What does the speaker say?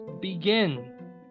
begin